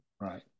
right